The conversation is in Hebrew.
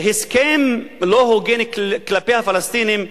הסכם לא הוגן כלפי הפלסטינים,